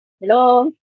Hello